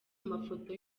mafoto